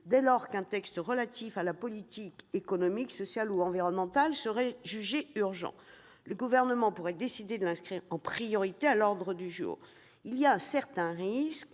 Dès lors qu'un texte relatif à la politique économique, sociale ou environnementale serait jugé urgent, le Gouvernement pourrait décider de l'inscrire en priorité à l'ordre du jour. Il y a un risque